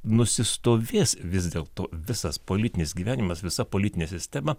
nusistovės vis dėlto visas politinis gyvenimas visa politinė sistema